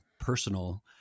personal